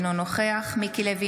אינו נוכח מיקי לוי,